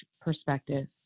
perspective